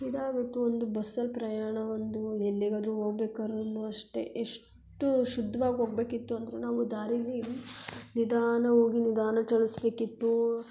ಇದಾಗಿತ್ತು ಒಂದು ಬಸ್ಸಲ್ಲಿ ಪ್ರಯಾಣ ಒಂದು ಎಲ್ಲಿಗಾದರೂ ಹೋಗ್ಬೇಕಾರುನು ಅಷ್ಟೇ ಎಷ್ಟು ಶುದ್ವಾಗಿ ಹೋಗ್ಬೇಕಿತ್ತು ಅಂದರೆ ನಾವು ದಾರಿಲಿ ನಿಧಾನ ಹೋಗಿ ನಿಧಾನ ಚಲಿಸ್ಬೇಕಿತ್ತು